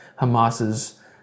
Hamas's